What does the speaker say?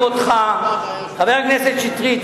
חבר הכנסת שטרית,